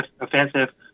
offensive